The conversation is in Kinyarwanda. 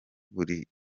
buri